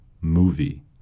movie